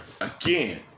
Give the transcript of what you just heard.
Again